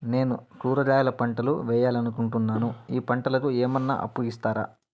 నేను కూరగాయల పంటలు వేయాలనుకుంటున్నాను, ఈ పంటలకు ఏమన్నా అప్పు ఇస్తారా?